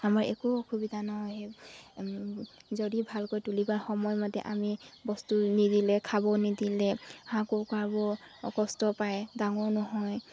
আমাৰ একো অসুবিধা নহয় যদি ভালকৈ তুলিবা সময়মতে আমি বস্তু নিদিলে খাব নিদিলে হাঁহ কুকুৰাবোৰ কষ্ট পায় ডাঙৰ নহয়